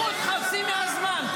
לקחו לי חצי מהזמן.